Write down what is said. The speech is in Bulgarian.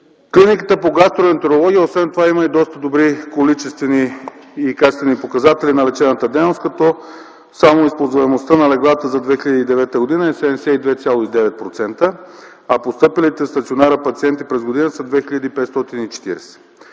Клиниката по гастроентерология има и доста добри количествени и качествени показатели на лечебната дейност като използваемостта на леглата за 2009 г. е 72,9%, а постъпилите в стационара пациенти през годината са 2540.